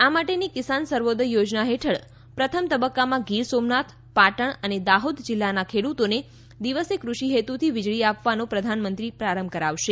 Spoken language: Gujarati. આ માટેની કિસાન સર્વોદય યોજના હેઠળ પ્રથમ તબક્કામાં ગીર સોમનાથ પાટણ અને દાહોદ જિલ્લાના ખેડૂતોને દિવસે કૃષિહેતુથી વીજળી આપવાનો પ્રધાનમંત્રી પ્રારંભ કરાવશે